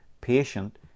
patient